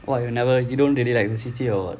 what you never you don't really like the C_C_A or what